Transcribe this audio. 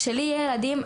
כשלי יהיו ילדים,